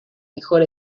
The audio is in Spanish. mejor